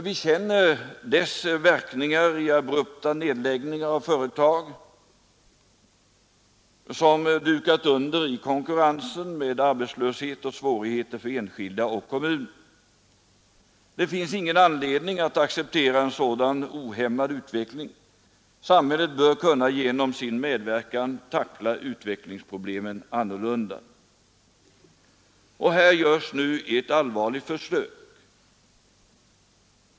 Vi känner nämligen dess verkningar i abrupta nedläggningar av företag som dukat under i konkurrensen, med arbetslöshet och svårigheter för enskilda och kommuner. Det finns ingen anledning att acceptera en sådan ohämmad utveckling. Samhället bör kunna genom sin medverkan tackla utvecklingsproblemen annorlunda. Här görs nu ett allvarligt försök.